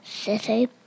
City